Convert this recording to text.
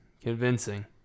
convincing